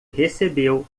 recebeu